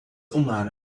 omar